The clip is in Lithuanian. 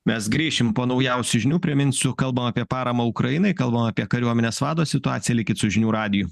mes grįšim po naujausių žinių priminsiu kalbam apie paramą ukrainai kalbam apie kariuomenės vado situaciją likit su žinių radiju